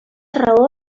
raó